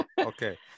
Okay